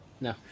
No